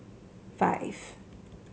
five